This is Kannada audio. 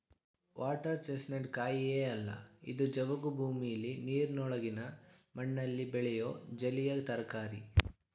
ವಾಟರ್ ಚೆಸ್ನಟ್ ಕಾಯಿಯೇ ಅಲ್ಲ ಇದು ಜವುಗು ಭೂಮಿಲಿ ನೀರಿನೊಳಗಿನ ಮಣ್ಣಲ್ಲಿ ಬೆಳೆಯೋ ಜಲೀಯ ತರಕಾರಿ